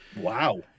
Wow